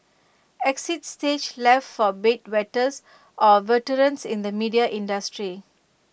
exit stage left for bed wetters or veterans in the media industry